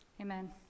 Amen